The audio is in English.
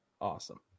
Awesome